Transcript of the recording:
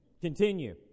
Continue